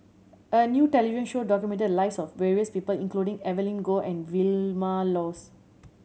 a new television show documented the lives of various people including Evelyn Goh and Vilma Laus